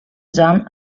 jean